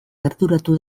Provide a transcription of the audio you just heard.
arduratu